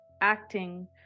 acting